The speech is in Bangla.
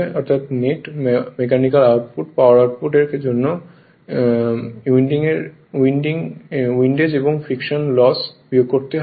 অর্থাৎ net mechanical power output power এর জন্য উইন্ডেজ এবং ফ্রিকশান লস বিয়োগ করতে হবে